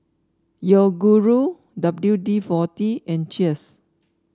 Yoguru W D forty and Cheers